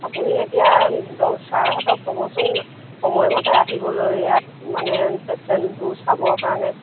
আপুনি এতিয়া ছাৰহঁতক ক'বচোন সময়মতে আহিবলৈ ইয়াত মানে পেচেণ্টটো চাবৰ কাৰণে